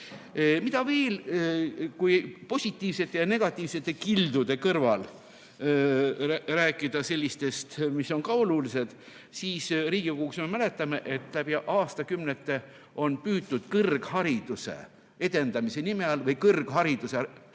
Mida veel? Kui positiivsete ja negatiivsete kildude kõrval rääkida sellest, mis on ka oluline, siis Riigikogus, me mäletame, on läbi aastakümnete püütud kõrghariduse edendamise nime all kõrghariduse vahendite